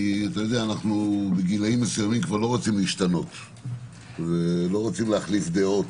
כי בגילאים מסוימים אנחנו כבר לא רוצים להשתנות ולהחליף דעות,